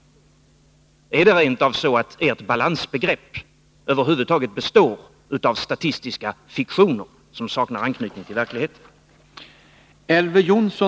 Är det rent av så att ert balansbegrepp bara består i statistiska fiktioner som saknar anknytning till verkligheten?